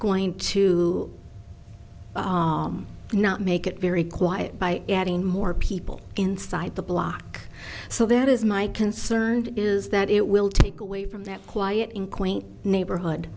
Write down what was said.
going to arme not make it very quiet by adding more people inside the block so that is my concern is that it will take away from that quiet in quaint neighborhood